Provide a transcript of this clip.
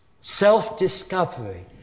self-discovery